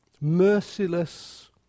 merciless